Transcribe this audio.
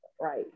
right